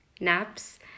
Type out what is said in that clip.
naps